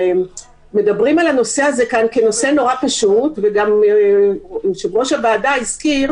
מדברים על הנושא הזה כאן כנושא נורא פשוט וגם היושב-ראש הזכיר